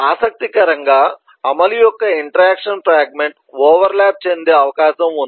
ఆసక్తికరంగా అమలు యొక్క ఇంటరాక్షన్ ఫ్రాగ్మెంట్ ఓవర్ ల్యాప్ చెందే అవకాశం ఉంది